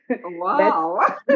Wow